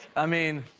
i mean,